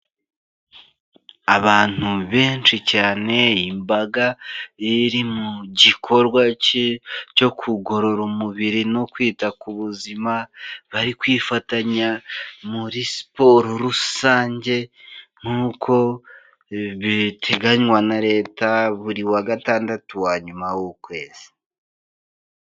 Abantu benshi cyane imbaga iri mu gikorwa cyo kugorora umubiri no kwita ku buzima bari kwifatanya muri siporo rusange nk'uko biteganywa na leta buri wa gatandatu wa nyuma w'ukwezi.